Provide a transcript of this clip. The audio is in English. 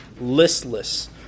listless